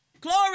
Glory